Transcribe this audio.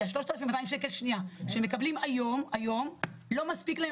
כי ה-3,200 שקל שהם מקבלים היום לא מספיקים.